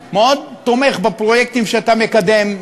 אני מאוד תומך בפרויקטים שאתה מקדם,